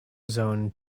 zoned